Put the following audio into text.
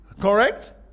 Correct